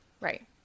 Right